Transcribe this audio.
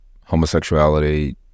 homosexuality